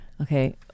Okay